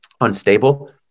Unstable